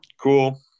cool